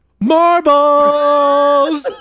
marbles